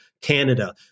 Canada